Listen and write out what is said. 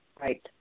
Right